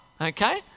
okay